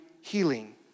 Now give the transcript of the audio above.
healing